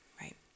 right